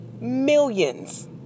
Millions